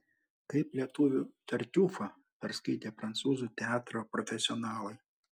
kaip lietuvių tartiufą perskaitė prancūzų teatro profesionalai